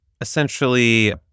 essentially